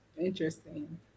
interesting